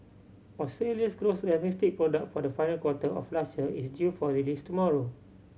Australia's gross domestic product for the final quarter of last year is due for release tomorrow